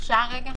אפשר לדבר?